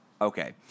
Okay